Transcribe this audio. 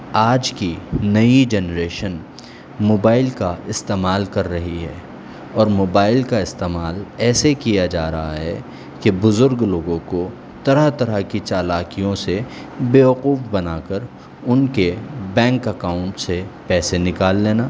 آج کی نئی جنریشن موبائل کا استعمال کر رہی ہے اور موبائل کا استعمال ایسے کیا جا رہا ہے کہ بزرگ لوگوں کو طرح طرح کی چالاکیوں سے بےوقوف بنا کر ان کے بینک اکاؤنٹ سے پیسے نکال لینا